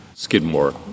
Skidmore